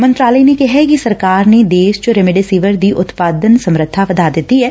ਮੰਤਰਾਲੇ ਨੇ ਕਿਹੈ ਕਿ ਸਰਕਾਰ ਨੇ ਦੇਸ਼ ਚ ਰੇਮਡੇਸਿਵਰ ਦੀ ਉਤਪਾਦਨ ਸਮਰੱਬਾ ਵਧਾ ਦਿੱਤੀ ਐ